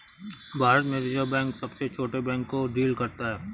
भारत में reserve bank सभी छोटे बैंक को डील करता है